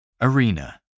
Arena